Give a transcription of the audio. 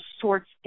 sorts